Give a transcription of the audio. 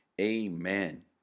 Amen